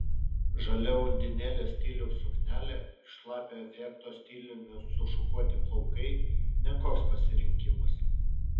žalia undinėlės stiliaus suknelė ir šlapio efekto stiliumi sušukuoti plaukai ne koks pasirinkimas